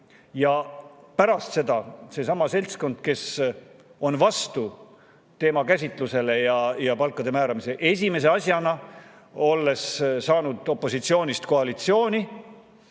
Ja pärast valimisi seesama seltskond, kes on olnud vastu teema käsitlusele ja palkade määramisele, esimese asjana, olles saanud opositsioonist koalitsiooni,